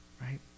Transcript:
Right